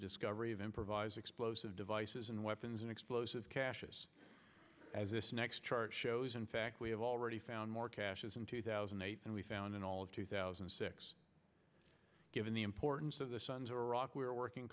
discovery of improvised explosive devices and weapons and explosives caches as this next chart shows in fact we have already found more caches in two thousand and eight and we found in all of two thousand and six given the importance of the sons of iraq we are working